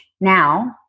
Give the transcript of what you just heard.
now